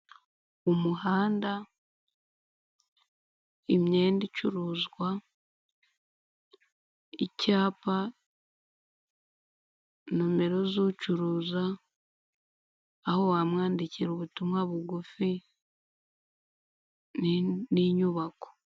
Umuhanda, imyenda icuruzwa, icyapa, nomero z'ucuruza, aho wamwandikira ubutumwa bugufi, n'inyubako.